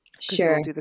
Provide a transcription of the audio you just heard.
sure